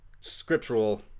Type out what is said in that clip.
scriptural